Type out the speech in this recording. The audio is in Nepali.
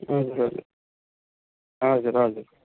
हजुर हजुर हजुर हजुर